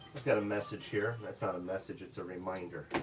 got a message here, that's not a message, it's a reminder.